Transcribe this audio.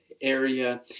area